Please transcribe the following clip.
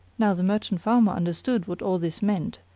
now the merchant farmer understood what all this meant,